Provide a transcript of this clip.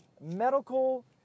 medical